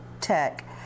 tech